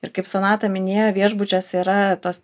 ir kaip sonata minėjo viešbučiuose yra tos